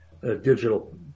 digital